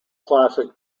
classic